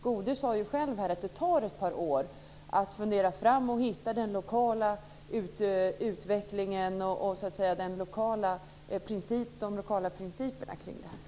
Gunnar Goude sade ju själv att det tar ett par år att fundera fram och hitta den lokala utvecklingen och de lokala principerna kring detta.